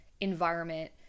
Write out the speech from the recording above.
environment